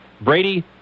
Brady